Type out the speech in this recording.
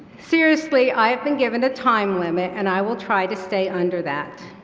seriously i have been given a time limit and i will try to stay under that.